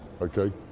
okay